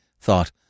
thought